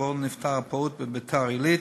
שבו נפטר הפעוט בביתר-עילית,